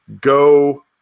go